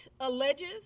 alleges